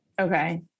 Okay